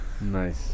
Nice